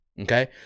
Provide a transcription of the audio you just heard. Okay